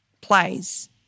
plays